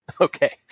Okay